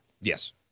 Yes